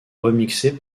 remixée